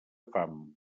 fam